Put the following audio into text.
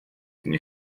nie